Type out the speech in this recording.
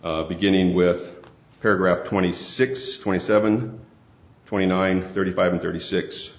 itself beginning with paragraph twenty six twenty seven twenty nine thirty five and thirty six